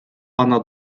pana